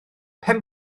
pen